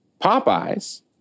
Popeyes